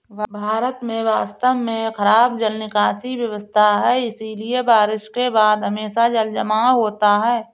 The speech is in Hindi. भारत में वास्तव में खराब जल निकासी व्यवस्था है, इसलिए बारिश के बाद हमेशा जलजमाव होता है